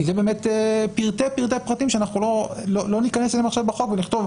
זה באמת פרטי-פרטים שלא ניכנס אליהם עכשיו בחוק ונכתוב